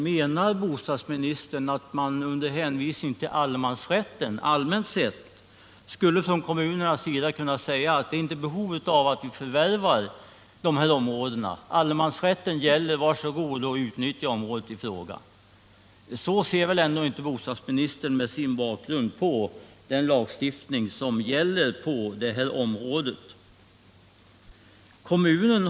Menar bostadsministern att man med hänvisning till allemansrätten allmänt sett från kommunens sida skulle kunna säga att det inte finns behov av att förvärva de här områdena: Allemansrätten gäller; var så god och utnyttja området i fråga! Men så ser väl ändå inte bostadsministern med sin bakgrund på den lagstiftning som gäller på det här området?